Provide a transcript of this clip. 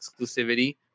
exclusivity